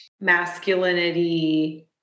masculinity